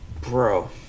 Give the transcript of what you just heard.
bro